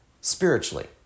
spiritually